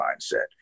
mindset